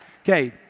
Okay